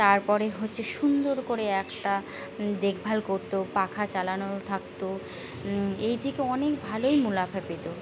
তারপরে হচ্ছে সুন্দর করে একটা দেখভাল করতো পাখা চালানো থাকতো এই থেকে অনেক ভালোই মুনাফা পেত